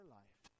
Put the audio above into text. life